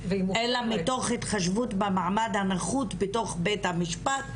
אלא מתוך התחשבות במעמד הנמוך בתוך בית המשפט,